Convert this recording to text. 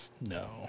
No